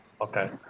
Okay